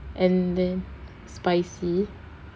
and then spicy